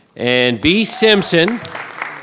and bea simpson.